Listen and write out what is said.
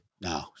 No